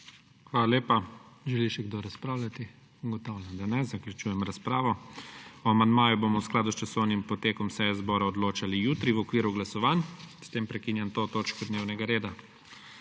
Hvala lepa. Želi še kdo razpravljati? Ugotavljam, da ne, zato zaključujem razpravo. O amandmajih bomo v skladu s časovnim potekom seje zbora odločali jutri v okviru glasovanj. S tem prekinjam to točko dnevnega reda.